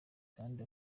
kandi